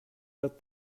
out